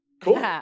cool